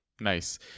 nice